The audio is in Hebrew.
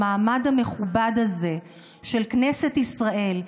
במעמד המכובד הזה של כנסת ישראל,